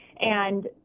And-